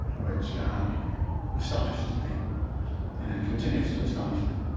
which astonished me and continues to astonish me.